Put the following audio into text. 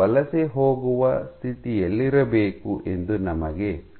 ವಲಸೆ ಹೋಗುವ ಸ್ಥಿತಿಯಲ್ಲಿರಬೇಕು ಎಂದು ನಮಗೆ ತಿಳಿದಿದೆ